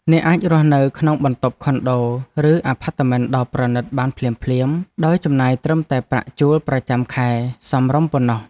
អ្នកអាចរស់នៅក្នុងបន្ទប់ខុនដូឬអាផាតមិនដ៏ប្រណីតបានភ្លាមៗដោយចំណាយត្រឹមតែប្រាក់ជួលប្រចាំខែសមរម្យប៉ុណ្ណោះ។